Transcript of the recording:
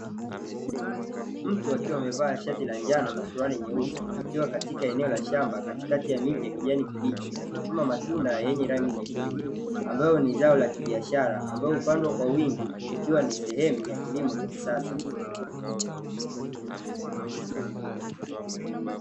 Mtu akiwa amevaa shati la njano na suruali nyeusi, akiwa katika eneo la shamba katikati ya miti ya kijani kibichi. Akichuma matunda yenye rangi nyekundu ambayo ni zao la kibiashara, ambayo hupandwa kwa wingi, ikiwa ni sehemu ya kilimo cha kisasa.